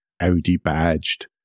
Audi-badged